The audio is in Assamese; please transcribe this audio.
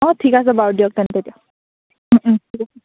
অঁ ঠিক আছে বাৰু দিয়ক তেন্তে এতিয়া ঠিক আছে